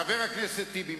חבר הכנסת טיבי,